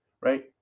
right